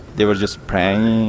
they were just praying,